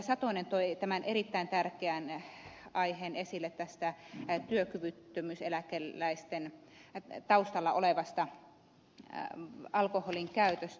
satonen toi erittäin tärkeän aiheen esille työkyvyttömyyseläkeläisten taustalla olevasta alkoholin käytöstä